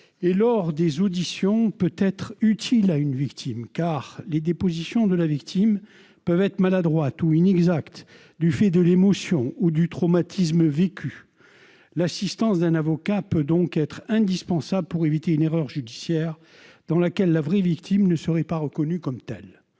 et lors des auditions peut être utile à une victime. Car les dépositions de celle-ci peuvent être maladroites ou inexactes du fait de l'émotion ou du traumatisme vécu ; l'assistance d'un avocat peut donc être indispensable pour éviter une erreur judiciaire dans laquelle la véritable victime ne sera pas reconnue comme telle.